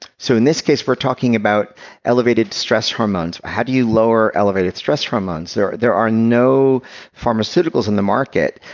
so in this case we're talking about elevated stress hormones how do you lower elevated stress hormones? there there are no pharmaceuticals in the market.